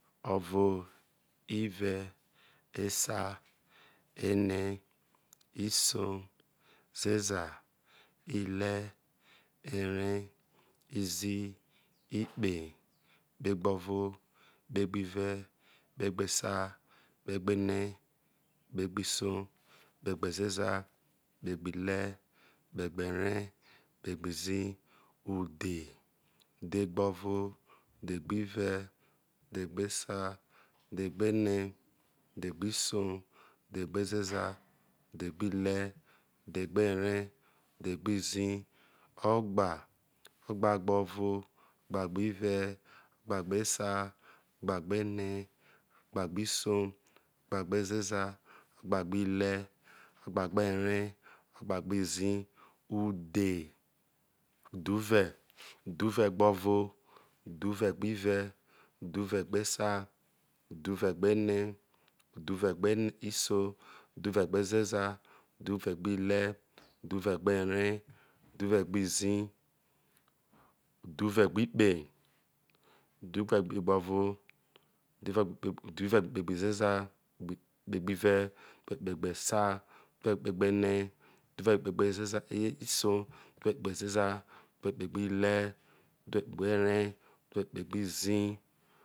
Ovo ive esa ene iso ezeza ibre eree izii ikpe kpegbo vo kpegbive kpegbesa kpegbene kpegbiso kpegbezeza kpegbihre kpegberee kpegbizii udhe udhegbovo udhegbive udhegbsa udhegbene udhegbiso udhegbezeza udhegbihre ughegberee udhegbizii ogbba ogbugbovoi gbavivez gbogbesa gbagbene gbugbiso ogbagbezeza ogbagbibre. ogbagberee ogbagbizii ughe udhuve udhuvegbovo uduvegbive udhuvegbesa udhuve uduve gbisoi uduvegbezeza uduve gbibre uduvegbe udhuvegbizii uduve gbikpo uduvegbikpegbovo uduvegbo uduvegbikpegbezeza kpegbive uduvekpegbesa uduvekpegbene uduvegbikpegbezu isoi udhuve kpegbezeza uduve kpegbibre udhuve gbikpegberee udhuvegbikpegbizii